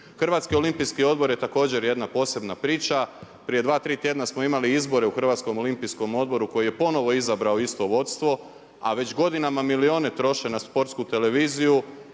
Hrvatski olimpijski odbor je također jedna posebna priča. Prije 2, 3 tjedna smo imali izbore u Hrvatskom olimpijskom odboru koji je ponovno izabrao isto vodstvo a već godinama milijune troše na sportsku televiziju